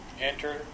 Enter